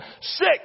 sick